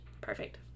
Perfect